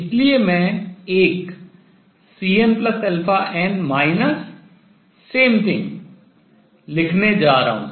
इसलिए मैं एक Cnn माइनस same thing वही चीज लिखने जा रहा हूँ